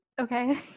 Okay